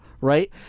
right